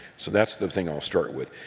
so that's the thing i'll start with.